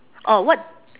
oh what